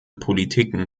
politiken